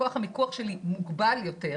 כוח המיקוח שלי מוגבל יותר,